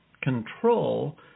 control